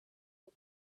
for